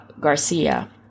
Garcia